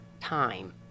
time